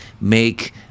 make